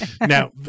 Now